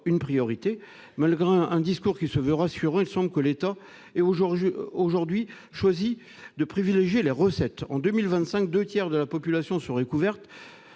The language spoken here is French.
une priorité ? Malgré un discours qui se veut rassurant, il semble que l'État ait aujourd'hui choisi de privilégier les recettes. En 2025, deux tiers de la population seraient couverts,